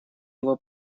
его